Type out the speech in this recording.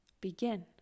begin